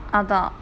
அதான்:adhaan